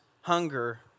hunger